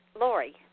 Lori